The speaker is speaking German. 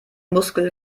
muskel